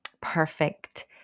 perfect